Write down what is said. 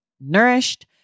nourished